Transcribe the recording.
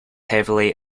heavily